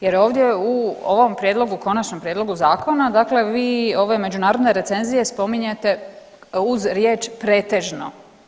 Jer ovdje u ovom prijedlogu konačnom prijedlogu zakona dakle vi ove međunarodne recenzije spominjete uz riječ pretežno.